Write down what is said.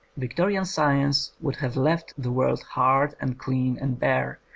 victorian science would have left the world hard and clean and bare,